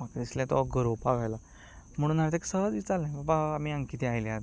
म्हाका दिसलें तो गरोवपाक आयला म्हणून हांवें ताका सहज विचारलें बाबा आमीं हांगा कित्याक आयल्यात